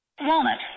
Walnut